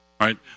right